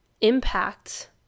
impact